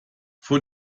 von